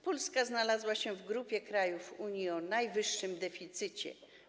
Polska znalazła się w grupie krajów Unii o najwyższym deficycie.